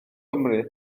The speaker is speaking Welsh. cymru